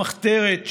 שהייתה במחתרת,